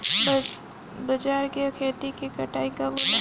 बजरा के खेती के कटाई कब होला?